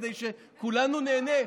כדי שכולנו נהנה,